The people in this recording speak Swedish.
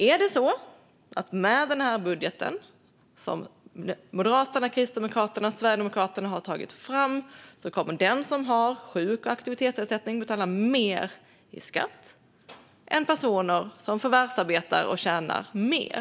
Är det så att med den budget som Moderaterna, Kristdemokraterna och Sverigedemokraterna har tagit fram kommer de som har sjuk och aktivitetsersättning att betala mer i skatt än personer som förvärvsarbetar och tjänar mer?